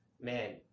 Man